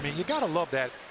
but you've goat to love that.